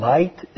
Light